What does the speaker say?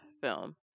film